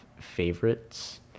favorites